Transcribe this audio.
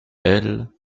elles